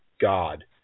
God